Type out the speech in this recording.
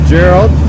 Gerald